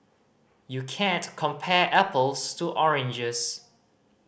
you can't compare apples to oranges